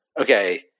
okay